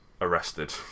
arrested